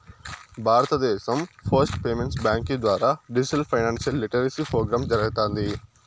భారతదేశం post payments బ్యాంకీ ద్వారా డిజిటల్ ఫైనాన్షియల్ లిటరసీ ప్రోగ్రామ్ జరగతాంది